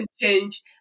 change